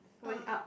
going up